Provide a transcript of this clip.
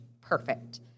perfect